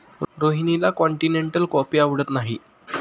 रोहिणीला continental coffee आवडत नाही